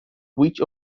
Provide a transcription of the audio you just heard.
which